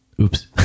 oops